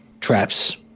traps